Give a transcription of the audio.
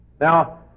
Now